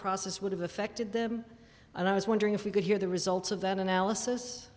have affected them and i was wondering if we could hear the results of that analysis